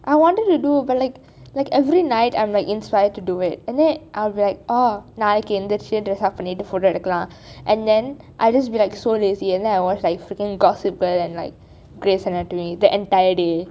I wanted to do but like like every night I am inspired to do it and then I will be like oh நாளைக்கு இந்த:naalaiku intha state பன்னிட்டு:pannithu photo எடுக்கலாம்:edukalam and then I will just be like so lazy and then I will watch freaking gossip girl and like grey's anatomy the entire day